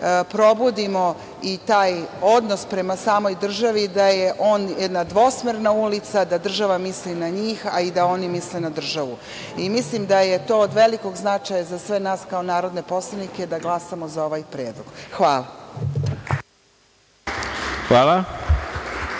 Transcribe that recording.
probudimo i taj odnos prema samoj državi, da je on jedna dvosmerna ulica, da država misli na njih, a i da oni misle na državu. Mislim da je to od velikog značaja za sve nas kao narodne poslanike, da glasamo za ovaj predlog. Hvala. **Ivica